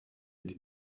été